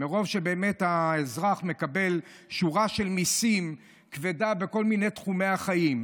מרוב שבאמת האזרח מקבל שורה כבדה של מיסים בכל תחומי החיים.